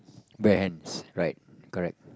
bear hands right correct